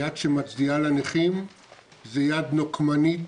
היד שמצדיעה לנכים היא יד נקמנית,